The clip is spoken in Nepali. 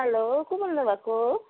हेलो को बाल्नु भएको